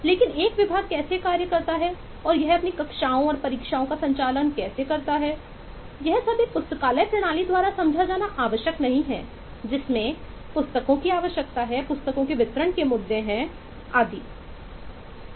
लेकिन एक विभाग कैसे कार्य करता है और यह अपनी कक्षाओं और परीक्षाओं का संचालन करता है और यह सब एक पुस्तकालय प्रणाली द्वारा समझा जाना आवश्यक नहीं है जिसमें पुस्तकों की आवश्यकता है पुस्तकों के वितरण का मुद्दा है आदि